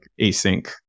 async